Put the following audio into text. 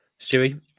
Stewie